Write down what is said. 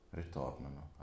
ritornano